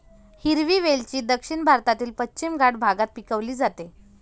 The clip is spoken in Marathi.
हिरवी वेलची दक्षिण भारतातील पश्चिम घाट भागात पिकवली जाते